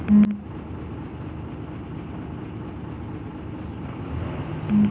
हरित करांति के बाद म कृषि सुधार बर बिकट कोसिस करे गिस जेखर ले एमा बिकास घलो देखे गिस